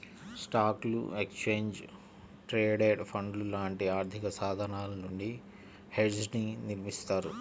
స్టాక్లు, exchange traded ఫండ్లు లాంటి ఆర్థికసాధనాల నుండి హెడ్జ్ని నిర్మిత్తారు